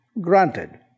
Granted